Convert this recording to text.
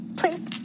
please